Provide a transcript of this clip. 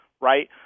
right